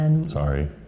Sorry